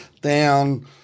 down